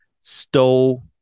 stole